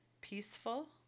peaceful